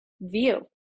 view